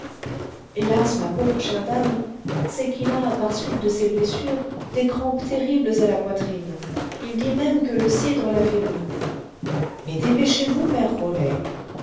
hélas ma pauvre chère dame c'est qu'il a par suite de ses blessures des crampes terribles à la poitrine il dit même que le cidre l'affaiblit mais dépêchez-vous mère